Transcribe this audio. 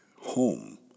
home